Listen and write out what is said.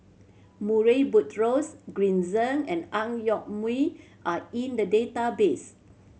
Murray Buttrose Green Zeng and Ang Yoke Mooi are in the database